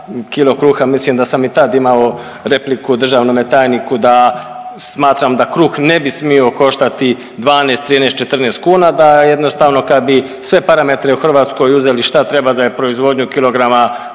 kilo kruha, mislim da sam i tad imao repliku državnom tajniku da smatram da kruh ne bi smio koštati 12, 13, 14 kuna da jednostavno kad bi sve parametre u Hrvatskoj uzeli šta treba za proizvodnju kilograma